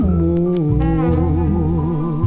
more